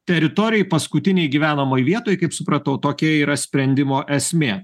teritorijoj paskutinėj gyvenamoj vietoj kaip supratau tokia yra sprendimo esmė